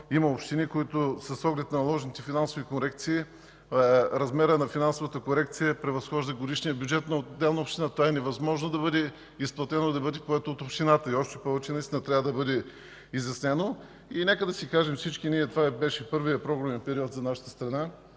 има общини, които с оглед на наложените финансови корекции размерът на финансовата корекция превъзхожда годишния бюджет на отделна община. Това е невъзможно да бъде изплатено от общината. Това трябва да бъде изяснено. Нека всички ние да си кажем – това беше първият програмен период за нашата страна.